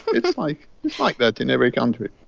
it's like like that in every country.